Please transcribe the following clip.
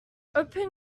open